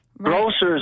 Grocers